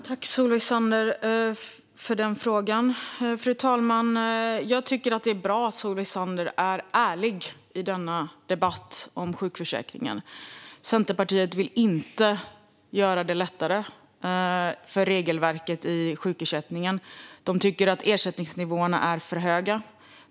Fru talman! Tack, Solveig Zander, för frågan! Jag tycker att det är bra att Solveig Zander är ärlig i denna debatt om sjukförsäkringen. Centerpartiet vill inte lätta på regelverket i sjukersättningen. De tycker att ersättningsnivåerna är för höga.